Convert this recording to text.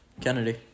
Kennedy